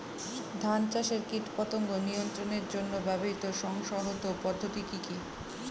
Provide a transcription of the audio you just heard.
ধান চাষে কীটপতঙ্গ নিয়ন্ত্রণের জন্য ব্যবহৃত সুসংহত পদ্ধতিগুলি কি কি?